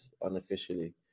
unofficially